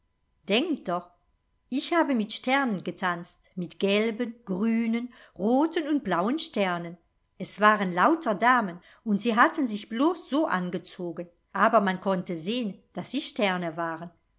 denkt doch ich habe mit sternen getanzt mit gelben grünen roten und blauen sternen es waren lauter damen und sie hatten sich blos so angezogen aber man konnte sehn daß sie sterne waren